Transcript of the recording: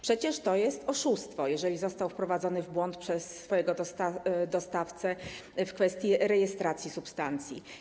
Przecież to jest oszustwo, jeżeli został wprowadzony w błąd przez swojego dostawcę w kwestii rejestracji substancji.